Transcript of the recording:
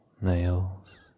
nails